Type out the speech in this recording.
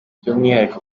by’umwihariko